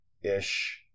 ish